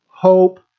hope